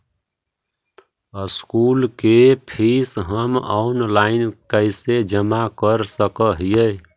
School के fees हम online कैसे जमा कर सक हिय?